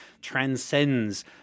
transcends